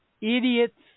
Idiots